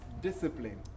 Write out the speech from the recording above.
discipline